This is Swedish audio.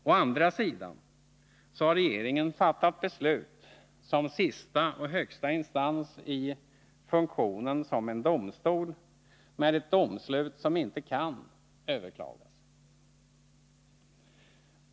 Å andra sidan har regeringen fattat beslut som sista och högsta instans i funktionen som domstol — ett domslut som inte kan överklagas.